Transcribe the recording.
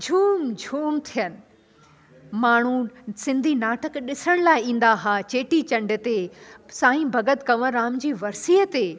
झूम झूम थियनि माण्हू सिंधी नाटक ॾिसण लाइ ईंदा हुआ चेटी चंड ते सांई भॻत कंवरराम जी वर्सीअ ते